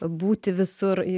būti visur